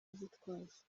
gitwaza